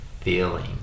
feeling